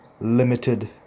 limited